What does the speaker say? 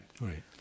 Right